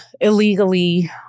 illegally